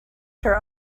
her